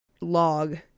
log